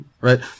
right